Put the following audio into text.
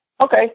Okay